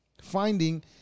finding